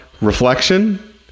reflection